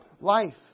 life